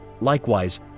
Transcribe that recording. Likewise